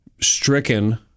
stricken